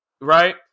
right